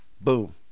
Boom